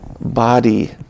body